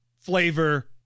flavor